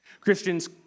Christians